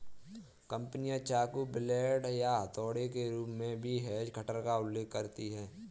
कंपनियां चाकू, ब्लेड या हथौड़े के रूप में भी हेज कटर का उल्लेख करती हैं